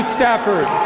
Stafford